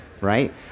right